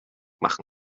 machen